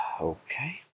okay